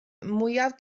mwyaf